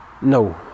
No